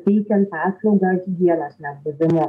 teikiant paslaugą higienos nebuvimu